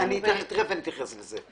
תיכף אני אתייחס לזה.